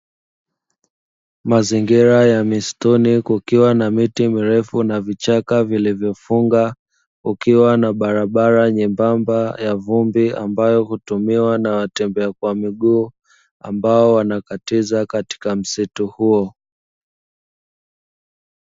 Mazingira ya mistuni kukiwa na miti mirefu na vichaka vilivyofunga, kukiwa na barabara nyembamba ya vumbi ambayo hutumiwa na watembea kwa miguu ambao wanakatiza katika msitu huo.